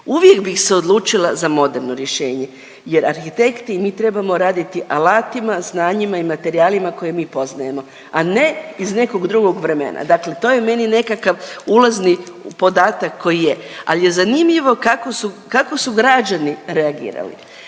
uvijek bih se odlučila za moderno rješenje jer arhitekti mi trebamo raditi alatima, znanjima i materijalima koje mi poznajemo, a ne iz nekog drugog vremena. Dakle, to je meni nekakav ulazni podatak koji je. Ali je zanimljivo kako su građani reagirali,